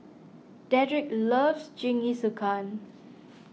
Dedrick loves Jingisukan